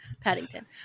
Paddington